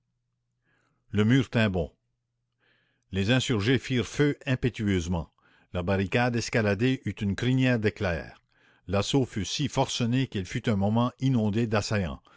le mur tint bon les insurgés firent feu impétueusement la barricade escaladée eut une crinière d'éclairs l'assaut fut si forcené qu'elle fut un moment inondée d'assaillants